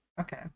okay